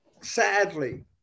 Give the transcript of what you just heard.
sadly